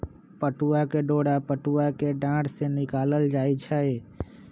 पटूआ के डोरा पटूआ कें डार से निकालल जाइ छइ